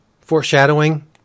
foreshadowing